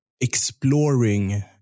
exploring